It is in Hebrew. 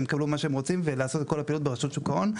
יקבלו את מה שהם רוצים ולעשות את כל הפעילות ברשות שוק ההון.